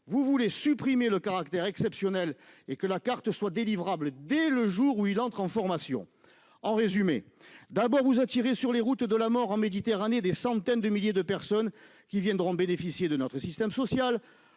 vous voulez supprimer le caractère exceptionnel et que la carte soit des livrables dès le jour où il entre en formation, en résumé, d'abord vous attirer sur les routes de la mort en Méditerranée, des centaines de milliers de personnes qui viendront bénéficier de notre système social,